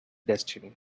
destiny